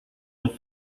with